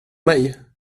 mig